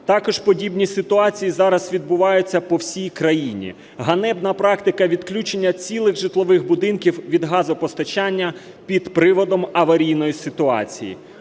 Також подібні ситуації зараз відбуваються по всій країні. Ганебна практика відключення цілих житлових будинків від газопостачання під приводом аварійної ситуації.